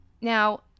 Now